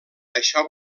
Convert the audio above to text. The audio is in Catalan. això